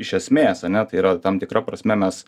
iš esmės ane tai yra tam tikra prasme mes